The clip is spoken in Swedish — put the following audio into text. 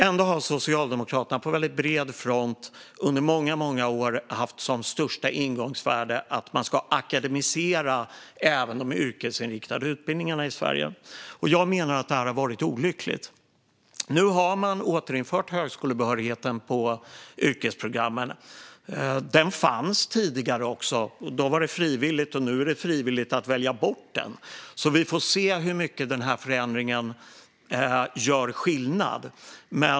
Ändå har Socialdemokraterna på bred front under många år haft som största ingångsvärde att man ska akademisera även de yrkesinriktade utbildningarna i Sverige. Jag menar att det har varit olyckligt. Nu har man återinfört högskolebehörigheten på yrkesprogrammen. Den fanns tidigare också - då var den frivillig, och nu är det frivilligt att välja bort den. Vi får se hur mycket den förändringen gör skillnad.